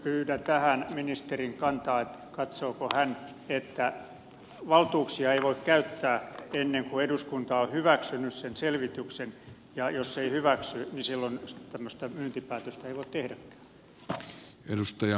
pyydän tähän ministerin kantaa katsooko hän että valtuuksia ei voi käyttää ennen kuin eduskunta on hyväksynyt sen selvityksen ja jos se ei hyväksy niin silloin tämmöistä myyntipäätöstä ei voi tehdäkään